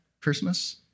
Christmas